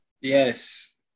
Yes